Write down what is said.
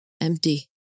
Empty